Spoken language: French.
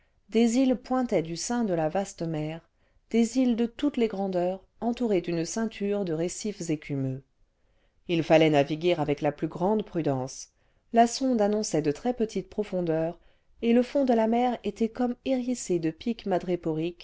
des îles pointaient du sein de la vaste mer des îles de toutes les grandeurs entourées d'une ceinture de récifs écumeux h fallait naviguer avec la plus grande prudence le le le le vingtième siècle dence la sonde annonçait de très petites profondeurs et le fond de la mer était comme hérissé de pics